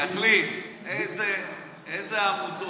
יחליט איזה עמותות.